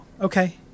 okay